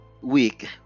week